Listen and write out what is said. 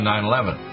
9-11